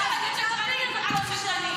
-- ואת שקרנית שיודעת רק להפגין בקפלן.